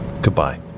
Goodbye